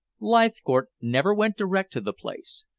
leithcourt never went direct to the place,